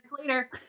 later